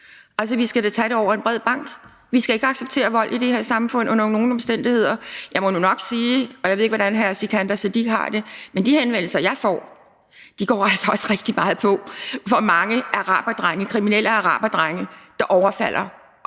det? Vi skal da tage det over en bred bank. Vi skal ikke acceptere vold i det her samfund under nogen omstændigheder. Jeg må nu nok sige – og jeg ved ikke, hvordan det er for hr. Sikandar Siddique – at de henvendelser, jeg får, altså også går rigtig meget på, hvor mange kriminelle araberdrenge der overfalder